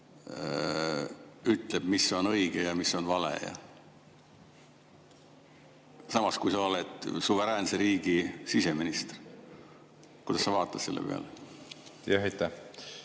ütleb, mis on õige ja mis on vale? Kui sa oled suveräänse riigi siseminister, kuidas sa vaatad selle peale? Hea